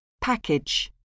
Package